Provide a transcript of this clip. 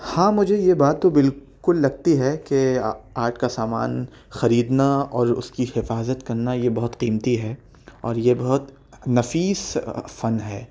ہاں مجھے یہ بات تو بالکل لگتی ہے کہ آرٹ کا سامان خریدنا اور اس کی حفاظت کرنا یہ بہت قیمتی ہے اور یہ بہت نفیس فن ہے